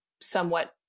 somewhat